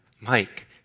Mike